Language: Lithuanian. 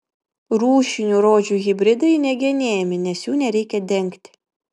rūšinių rožių hibridai negenėjami nes jų nereikia dengti